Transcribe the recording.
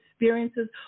experiences